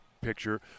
Picture